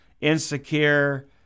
insecure